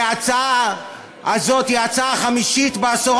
וההצעה הזאת היא ההצעה החמישית בעשור